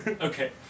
okay